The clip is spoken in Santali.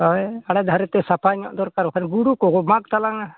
ᱦᱳᱭ ᱟᱲᱮ ᱫᱷᱟᱨᱮᱛᱮ ᱥᱟᱯᱷᱟ ᱧᱚᱜ ᱫᱚᱨᱠᱟᱨ ᱵᱟᱠᱷᱟᱱ ᱜᱩᱰᱩ ᱠᱚᱠᱚ ᱢᱟᱸᱠ ᱛᱟᱞᱟᱝ ᱟ